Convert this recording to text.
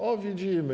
O, widzimy.